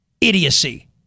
idiocy